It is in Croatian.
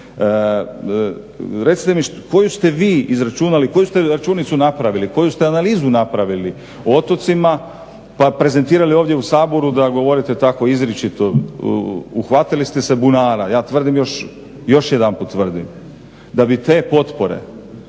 Recite mi koju ste vi izračunali, koju ste računicu napravili, koju ste analizu napravili o otocima, pa prezentirali ovdje u Saboru da govorite tako izričito. Uhvatili ste se bunara. Ja tvrdim, još jedanput tvrdim da bi te potpore